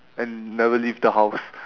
and never leave the house